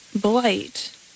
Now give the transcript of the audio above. Blight